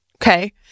Okay